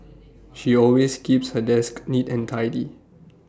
she always keeps her desk neat and tidy